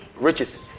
riches